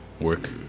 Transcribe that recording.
work